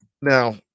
now